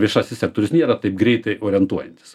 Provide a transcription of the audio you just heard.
viešasis sektorius nėra taip greitai orientuojantis